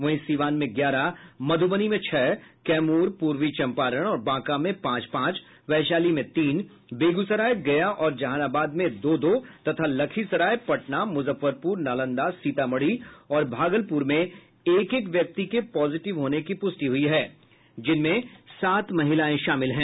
वहीं सीवान में ग्यारह मध्रबनी में छह कैमूर पूर्वी चंपारण और बांका में पांच पांच वैशाली में तीन बेगूसराय गया और जहानाबाद में दो दो तथा लखीसराय पटना मुजफ्फरपुर नालंदा सीतामढ़ी और भागलपुर में एक एक व्यक्ति के पॉजिटिव होने की पुष्टि हुई है जिनमें सात महिलाएं शामिल हैं